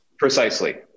Precisely